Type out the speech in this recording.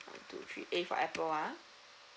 one two three A for apple ah